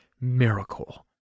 miracle